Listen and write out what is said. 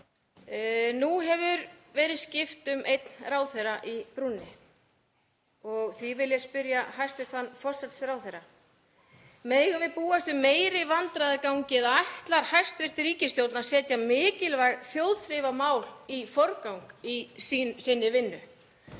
Nú hefur verið skipt um einn ráðherra í brúnni og því vil ég spyrja hæstv. forsætisráðherra: Megum við búast við meiri vandræðagangi eða ætlar hæstv. ríkisstjórn að setja mikilvæg þjóðþrifamál í forgang í sinni vinnu?